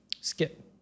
Skip